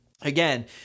Again